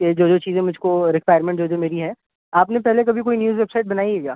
کہ جو جو چیزیں مجھ کو ریکوائرمنٹ جو میری ہے آپ نے پہلے کبھی کوئی نیوز ویب سائٹ بنائی ہے کیا